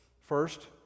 First